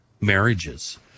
marriages